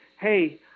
hey